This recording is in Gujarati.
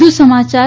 વધુ સમાચાર